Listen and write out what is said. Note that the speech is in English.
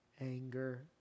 anger